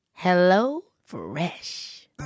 HelloFresh